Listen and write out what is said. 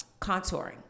contouring